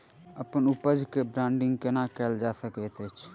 अप्पन उपज केँ ब्रांडिंग केना कैल जा सकैत अछि?